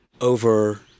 over